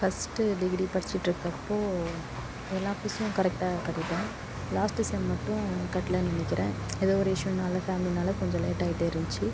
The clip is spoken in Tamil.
ஃபர்ஸ்ட்டு டிகிரி படிச்சுட்டு இருக்கப்போ எல்லா ஃபீஸ்ம் கரெக்ட்டாக கட்டிட்டேன் லாஸ்ட்டு செம் மட்டும் கட்டலனு நினைக்கிறேன் எதோ ஒரு இஸ்யூனால் ஃபேமிலினால் கொஞ்சம் லேட் ஆகிட்டே இருந்துச்சு